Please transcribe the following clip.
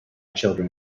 children